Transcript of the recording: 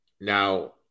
now